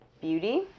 beauty